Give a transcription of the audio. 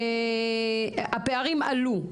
הפערים עלו.